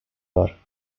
var